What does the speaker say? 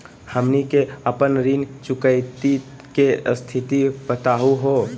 हमनी के अपन ऋण चुकौती के स्थिति बताहु हो?